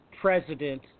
president